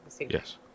Yes